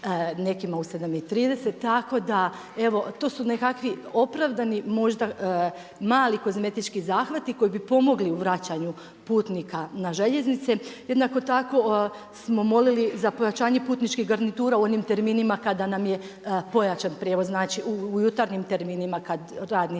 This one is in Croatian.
nekima u 7,30. Tako da, evo to su nekakvi opravdani možda kozmetički zahvati koji bi pomogli u vračanju putnika na željeznice. Jednako tako smo molili za pojačanje putničkih garnitura, u onim terminima kada nam je pojačan prijevoz. Znači u jutarnjim terminima kad radnici